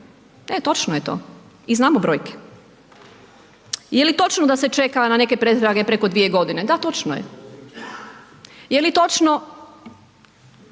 Točno je to i znamo brojke. Jeli točno da se čeka na neke pretrage preko dvije godine? Da, točno je. Jeli točno